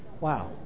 Wow